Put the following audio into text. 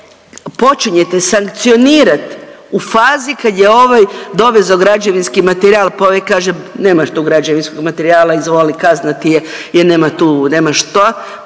počinjete sankcionirati u fazi kad je ovaj dovezao građevinski materijal pa ovaj kaže nemaš tu građevinskog materijala izvoli kazna ti je jel nema tu, nema šta,